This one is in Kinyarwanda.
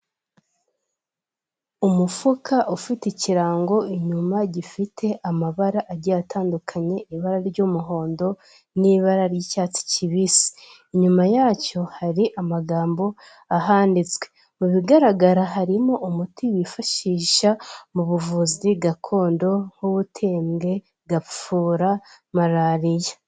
Umufuka ufite ikirango inyuma gifite amabara agiye atandukanye, ibara ry'umuhondo n'ibara ry'icyatsi kibisi, inyuma yacyo hari amagambo ahanditswe mu bigaragara harimo umuti wifashisha mu buvuzi gakondo nk'ubutembwe, gapfura, malariya.